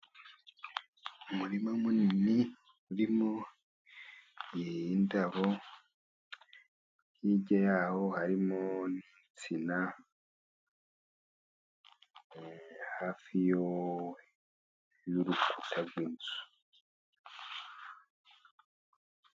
Umurima munini, urimo indabo, hirya yaho harimo insina, hafi yo y'urukuta rwinzu.